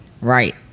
Right